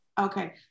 Okay